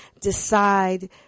decide